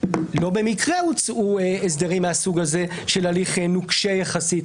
לא במקרה הוצעו הסדרים מהסוג הזה של הליך נוקשה יחסית